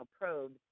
probes